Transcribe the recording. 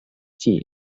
tie